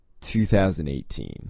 2018